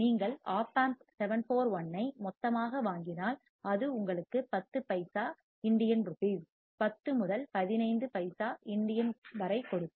நீங்கள் ஒப் ஆம்ப் 741 ஐ மொத்தமாக வாங்கினால் அது உங்களுக்கு 10 பைசா INR 10 முதல் 15 பைசா INR வரை கொடுக்கும்